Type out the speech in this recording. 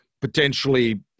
potentially